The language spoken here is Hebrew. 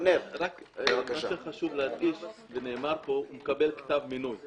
אני מבקש להדגיש זה נאמר פה מקבל כתב מינוי.